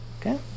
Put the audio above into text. Okay